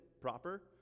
proper